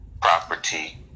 Property